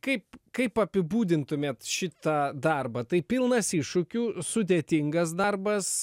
kaip kaip apibūdintumėt šitą darbą tai pilnas iššūkių sudėtingas darbas